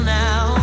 now